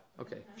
Okay